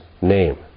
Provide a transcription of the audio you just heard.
name